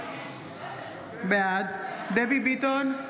בעד דבי ביטון,